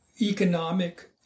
economic